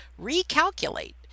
Recalculate